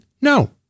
No